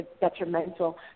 detrimental